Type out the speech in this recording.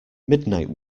midnight